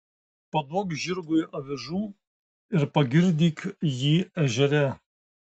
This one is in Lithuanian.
paduok žirgui avižų ir pagirdyk jį ežere